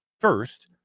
first